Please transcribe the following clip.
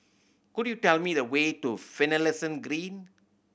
could you tell me the way to Finlayson Green